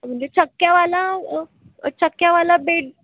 म्हणजे चक्क्यावाला चक्क्यावाला बेड